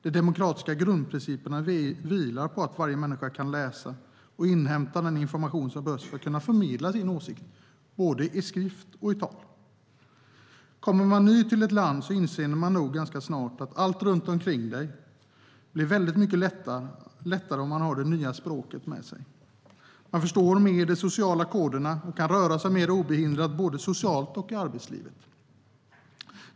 De demokratiska grundprinciperna vilar på att varje människa kan läsa och inhämta den information hon behöver för att kunna förmedla sin åsikt i både tal och skrift. Som nyanländ i ett land inser man nog ganska snart att allt runt omkring en blir väldigt mycket lättare om man har det nya språket med sig. Man förstår de sociala koderna bättre och kan röra sig mer obehindrat både socialt och i arbetslivet.